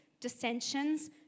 dissensions